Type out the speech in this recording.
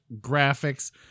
graphics